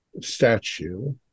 statue